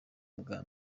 bwa